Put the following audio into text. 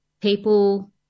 people